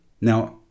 Now